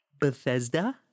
Bethesda